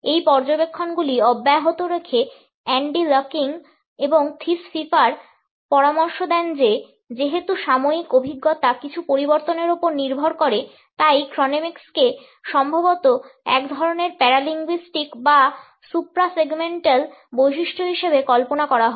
এই পর্যবেক্ষণগুলি অব্যাহত রেখে অ্যান্ডি লাকিং এবং থিস ফিফার পরামর্শ দেন যে যেহেতু সাময়িক অভিজ্ঞতা কিছু পরিবর্তনের উপর নির্ভর করে তাই ক্রোনেমিক্সকে সম্ভবত এক ধরণের প্যারালিঙ্গুইস্টিক বা সুপ্রা সেগমেন্টাল বৈশিষ্ট্য হিসাবে কল্পনা করা হয়